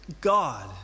God